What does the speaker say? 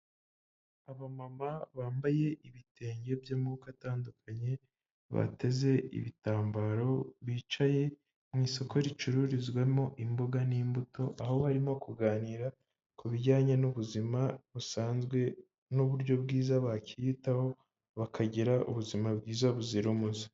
Abamama bambaye ibitenge by'amoko atandukanye bateze ibitambaro, bicaye mu isoko ricururizwamo imboga n'imbuto, aho barimo kuganira ku bijyanye n'ubuzima busanzwe n'uburyo bwiza bakiyitaho bakagira ubuzima bwiza buzira umuze.